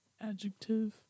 Adjective